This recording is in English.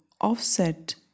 offset